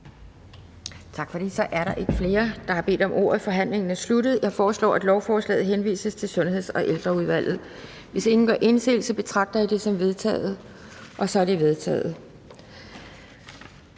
Torp): Der er ikke flere, der har bedt om ordet, så forhandlingen er sluttet. Jeg foreslår, at lovforslaget henvises til Sundheds- og Ældreudvalget. Hvis ingen gør indsigelse, betragter jeg dette som vedtaget. Det er vedtaget.